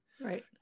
Right